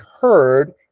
heard